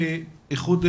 תודה.